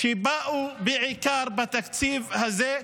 שבאו בעיקר בתקציב הזה.